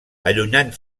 allunyant